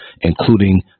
including